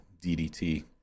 DDT